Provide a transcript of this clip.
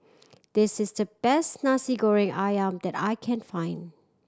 this is the best Nasi Goreng Ayam that I can find